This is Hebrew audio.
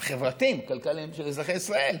החברתיים-כלכליים של אזרחי ישראל.